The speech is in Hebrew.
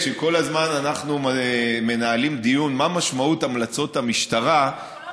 כשכל הזמן אנחנו מנהלים דיון מה משמעות המלצות המשטרה,